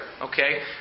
Okay